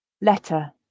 letter